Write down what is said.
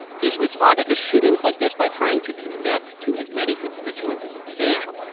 he's responded to shootings like this by trying to connect to as many constituents as he can.